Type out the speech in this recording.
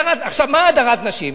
מה הדרת נשים?